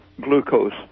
glucose